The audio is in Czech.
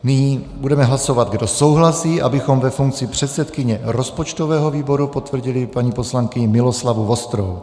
Nyní budeme hlasovat, kdo souhlasí, abychom ve funkci předsedkyně rozpočtového výboru potvrdili paní poslankyni Miloslavu Vostrou.